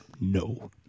No